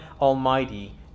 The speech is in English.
Almighty